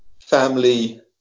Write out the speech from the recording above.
family